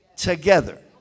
Together